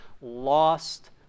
lost